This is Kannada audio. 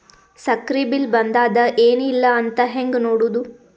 ಸಕ್ರಿ ಬಿಲ್ ಬಂದಾದ ಏನ್ ಇಲ್ಲ ಅಂತ ಹೆಂಗ್ ನೋಡುದು?